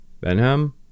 Benham